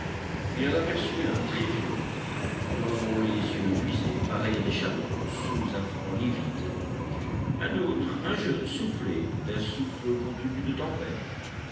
il en aperçut un très vieux dont les yeux luisaient pareils à des charbons sous un front livide un autre un jeune soufflait d'un souffle contenu de tempête